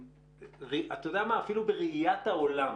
אפילו בראיית העולם